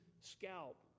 scalp